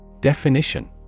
Definition